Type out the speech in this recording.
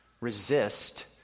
Resist